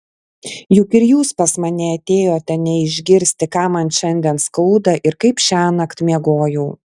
juk ir jūs pas mane atėjote ne išgirsti ką man šiandien skauda ir kaip šiąnakt miegojau